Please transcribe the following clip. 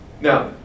Now